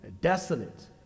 desolate